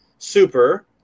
Super